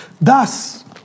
thus